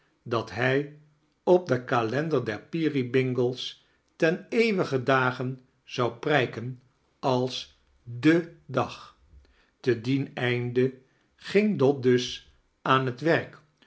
dat hij op den kalender der peerybingle's ten eeuwigen dage zou prijken als de dag te diem einde ging dot dus aan het werk